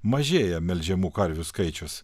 mažėja melžiamų karvių skaičius